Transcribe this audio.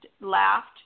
laughed